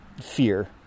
fear